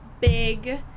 big